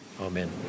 Amen